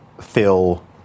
fill